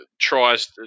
tries